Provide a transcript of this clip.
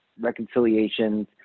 reconciliations